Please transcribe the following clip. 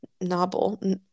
novel